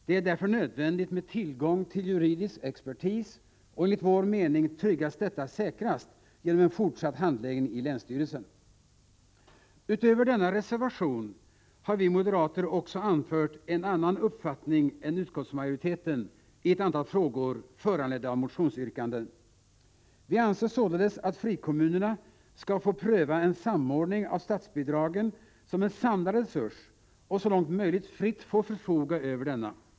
Det är därför nödvändigt med tillgång till juridisk expertis, och enligt vår mening tryggas detta säkrast genom en fortsatt handläggning i länsstyrelsen. Utöver denna reservation har vi moderater också anfört en annan uppfattning än utskottsmajoriteten i ett antal frågor föranledda av motionsyrkanden. Vi anser således att frikommunerna skall få pröva en samordning av statsbidragen som en samlad resurs och så långt möjligt fritt få förfoga över denna.